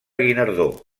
guinardó